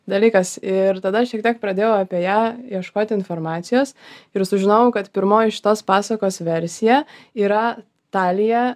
dalykas ir tada šiek tiek pradėjau apie ją ieškot informacijos ir sužinojau kad pirmoji šitos pasakos versija yra talija